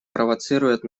провоцирует